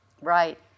Right